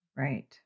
Right